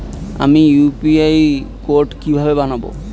আমি UPI code কিভাবে বানাব?